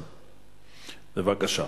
בבקשה.